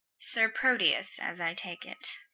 sir proteus, as i take it.